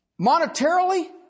monetarily